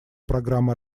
программы